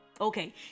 Okay